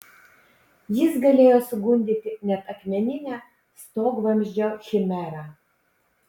jis galėjo sugundyti net akmeninę stogvamzdžio chimerą